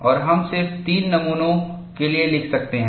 और हम सिर्फ तीन नमूनों के लिए लिख सकते हैं